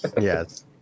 Yes